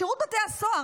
שירות בתי הסוהר,